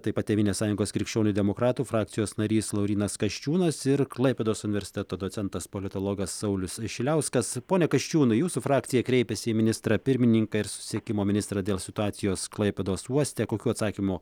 taip pat tėvynės sąjungos krikščionių demokratų frakcijos narys laurynas kasčiūnas ir klaipėdos universiteto docentas politologas saulius šiliauskas pone kasčiūnai jūsų frakcija kreipėsi į ministrą pirmininką ir susisiekimo ministrą dėl situacijos klaipėdos uoste kokių atsakymų